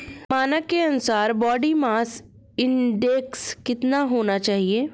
मानक के अनुसार बॉडी मास इंडेक्स कितना होना चाहिए?